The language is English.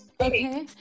okay